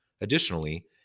Additionally